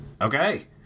Okay